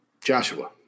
Joshua